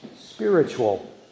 spiritual